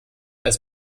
als